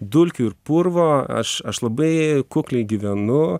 dulkių ir purvo aš aš labai kukliai gyvenu